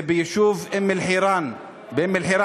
זה ביישוב אום-אלחיראן, זה בעמונה?